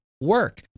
work